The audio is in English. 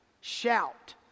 shout